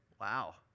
Wow